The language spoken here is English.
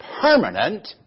permanent